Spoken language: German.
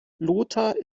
lothar